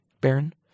baron